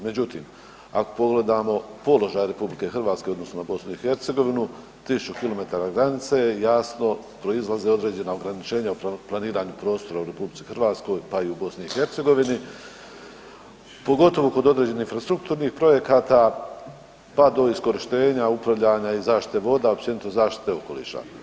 Međutim, ako pogledamo položaj RH odnosno BiH tisuću kilometara granice jasno proizlaze određena ograničenja u planiranju prostora u RH pa i u BiH, pogotovo kod određenih infrastrukturnih projekata pa do iskorištenja i upravljanja i zaštite voda, općenito zaštite okoliša.